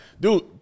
Dude